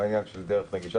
מה העניין של דרך נגישה?